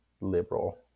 liberal